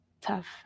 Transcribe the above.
tough